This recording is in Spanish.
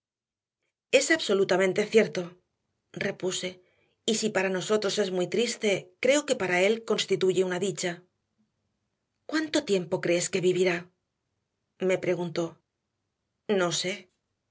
es absolutamente cierto repuse y si para nosotros es muy triste creo que para él constituye una dicha cuánto tiempo crees que vivirá me preguntó no sé